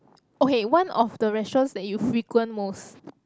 okay one of the restaurants that you frequent most